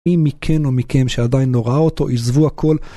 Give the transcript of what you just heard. מי מכן או מכם שעדיין לא ראה אותו, עזבו הכל